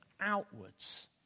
outwards